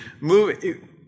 moving